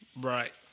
Right